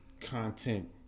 Content